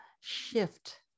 shift